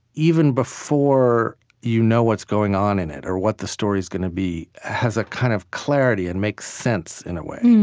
even before you know what's going on in it or what the story is going to be, has a kind of clarity and makes sense, in a way.